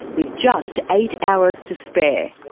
with just eight hours to spare.